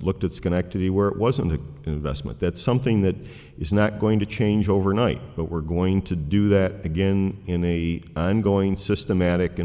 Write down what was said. looked at schenectady where it was an investment that something that is not going to change overnight but we're going to do that again in a i'm going systematic and